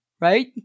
right